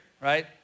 right